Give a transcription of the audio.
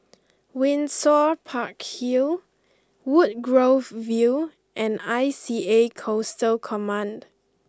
Windsor Park Hill Woodgrove View and I C A Coastal Command